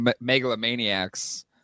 megalomaniacs